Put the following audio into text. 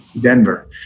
Denver